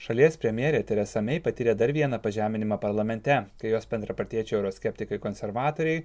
šalies premjerė teresa mei patyrė dar vieną pažeminimą parlamente kai jos bendrapartiečio euroskeptikai konservatoriai